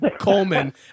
Coleman